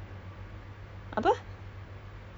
basically they watch group